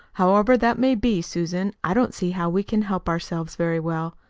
however that may be, susan, i don't see how we can help ourselves very well.